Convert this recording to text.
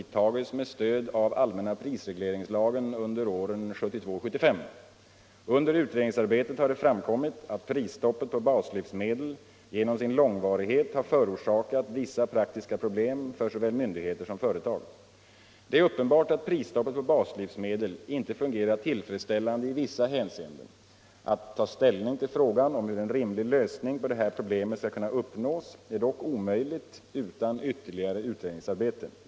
Det är uppenbart att prisstoppet på baslivsmedel inte fungerar tillfredsställande i vissa hänseenden. Att ta ställning till frågan om hur en rimlig lösning på det här problemet skall kunna uppnås är dock omöjligt utan ytterligare utredningsarbete.